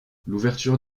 l’ouverture